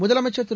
முதலமைச்சர் திரு